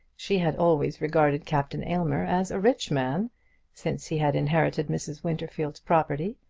she had always regarded captain aylmer as a rich man since he had inherited mrs. winterfield's property,